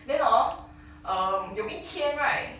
then orh um 有一天 right